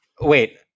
wait